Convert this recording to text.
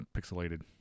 pixelated